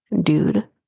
dude